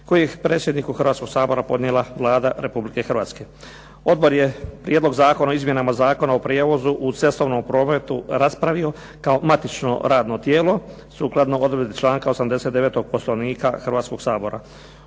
koji je predsjedniku Hrvatskoga sabora podnijela Vlada Republike Hrvatske. Odbor je Prijedlog zakona o izmjenama Zakona o prijevozu u cestovnom prometu raspravio kao matično radno tijelo sukladno odredbi članka 89. Poslovnika Hrvatskoga sabora.